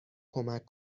کمک